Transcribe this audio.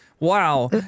Wow